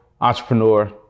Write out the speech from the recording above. entrepreneur